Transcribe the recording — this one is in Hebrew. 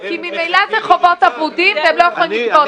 כי ממילא זה חובות אבודים והם לא יכולים לגבות.